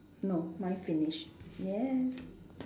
no mine finish yes